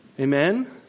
Amen